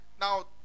Now